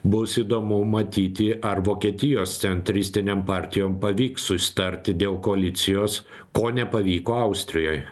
bus įdomu matyti ar vokietijos centristinėm partijom pavyks susitarti dėl koalicijos ko nepavyko austrijoj